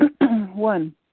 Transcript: One